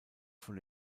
von